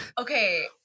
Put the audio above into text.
Okay